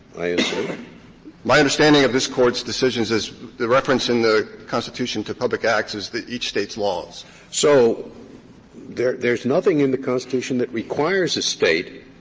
i assume. whalen my understanding of this court's decisions as the reference in the constitution to public acts is that each state's laws. scalia so there there's nothing in the constitution that requires a state